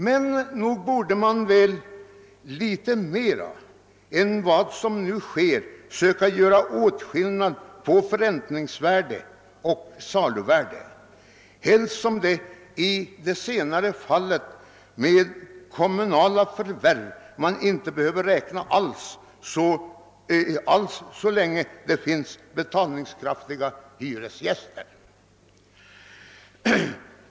Men nog borde man väl mer än som nu sker kunna göra åtskillnad på förräntningsvärde och saluvärde, så mycket mer som man i det senare fallet med kommunala förvärv inte behöver räkna med några svårigheter, så länge det finns betalningskraftiga hyresgäster.